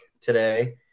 today